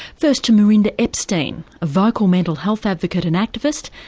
first to merinda epstein, a vocal mental health advocate and activist,